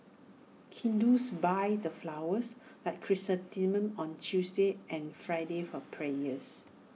Hindus buy the flowers like chrysanthemums on Tuesdays and Fridays for prayers